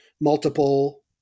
multiple